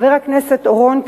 חבר הכנסת אורון,